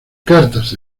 cartas